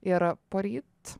ir poryt